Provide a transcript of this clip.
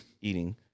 eating